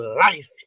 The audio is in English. life